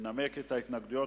לנמק את ההתנגדויות.